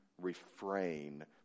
refrain